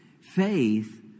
Faith